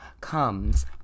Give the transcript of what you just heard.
comes